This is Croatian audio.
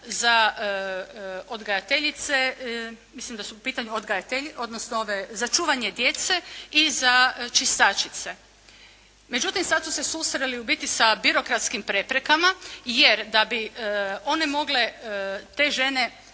za odgajateljice, mislim da su u pitanje odgajateljice za čuvanje djece i za čistačice. Međutim sada su se susreli u biti sa birokratskim preprekama jer da bi one mogle, te žene